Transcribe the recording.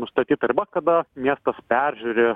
nustatyta riba kada miestas peržiūri